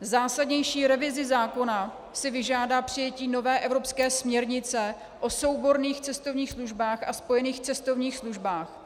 Zásadnější revizi zákona si vyžádá přijetí nové evropské směrnice o souborných cestovních službách a spojených cestovních službách.